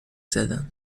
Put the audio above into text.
زدن